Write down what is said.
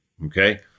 Okay